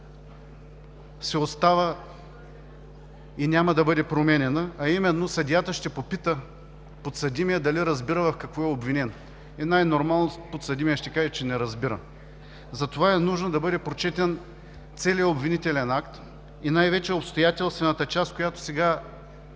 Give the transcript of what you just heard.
си остава и няма да бъде променяна, а именно съдията ще попита подсъдимия дали разбира в какво е обвинен и най-нормално е подсъдимият да каже, че не разбира. Затова е нужно да бъде прочетен целият обвинителен акт и най-вече обстоятелствената част, която сега